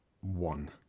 one